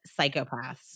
psychopaths